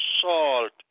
salt